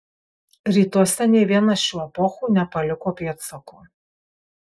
rytuose nė viena šių epochų nepaliko pėdsakų